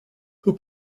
who